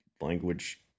language